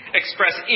express